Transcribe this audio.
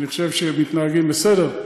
אני חושב שהם מתנהגים בסדר,